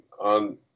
on